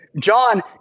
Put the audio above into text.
John